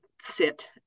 sit